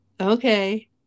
okay